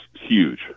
huge